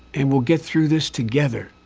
and we'll get through this together.